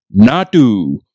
Natu